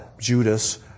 Judas